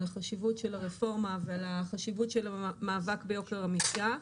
החשיבות של הרפורמה ועל החשיבות של המאבק ביוקר המחיה,